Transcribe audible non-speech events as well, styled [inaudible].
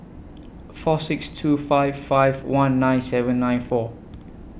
[noise] four six two five five one nine seven nine four